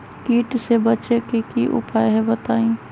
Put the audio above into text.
कीट से बचे के की उपाय हैं बताई?